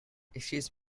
excuse